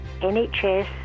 NHS